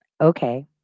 Okay